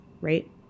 right